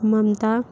ममता